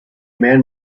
man